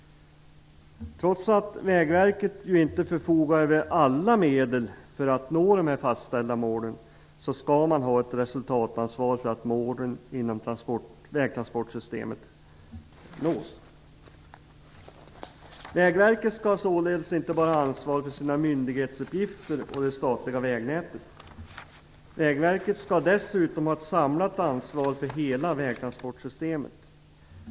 Trots att Vägverket inte förfogar över alla medel för att nå fastställda mål skall man ha ett resultatansvar för att målen inom vägtransportsystemet nås. Vägverket skall således inte bara ha ansvar för sina myndighetsuppgifter och det statliga vägnätet utan skall också ha ett samlat ansvar för hela vägtransportsystemet.